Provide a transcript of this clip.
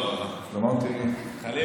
חלילה.